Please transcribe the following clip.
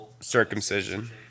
Circumcision